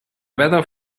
weather